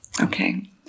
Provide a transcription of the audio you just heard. Okay